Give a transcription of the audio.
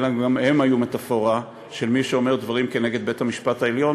אלא גם הם היו מטפורה של מי שאומר דברים כנגד בית-המשפט העליון.